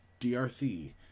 DRC